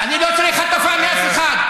אני לא צריך הטפה מאף אחד.